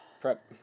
Prep